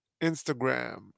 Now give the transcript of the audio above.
instagram